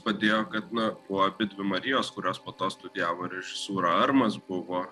padėjo kad na buvo abidvi marijos kurios po to studijavo režisūrą armas buvo